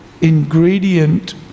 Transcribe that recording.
ingredient